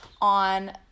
on